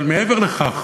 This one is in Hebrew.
אבל מעבר לכך,